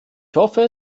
hoffe